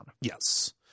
Yes